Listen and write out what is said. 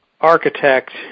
architect